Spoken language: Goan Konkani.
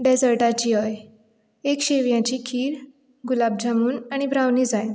डेजरटाची हय एक शेवयाची खीर गुलाब जामून आनी ब्रावनी जाय